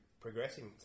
progressing